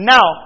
Now